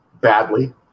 badly